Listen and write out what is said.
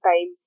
time